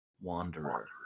wanderer